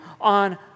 on